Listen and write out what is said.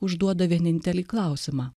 užduoda vienintelį klausimą